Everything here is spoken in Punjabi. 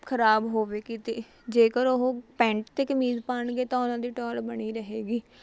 ਖਰਾਬ ਹੋਵੇਗੀ ਅਤੇ ਜੇਕਰ ਉਹ ਪੈਂਟ ਅਤੇ ਕਮੀਜ਼ ਪਾਣਗੇ ਤਾਂ ਉਨ੍ਹਾਂ ਦੀ ਟੋਹਰ ਬਣੀ ਰਹੇਗੀ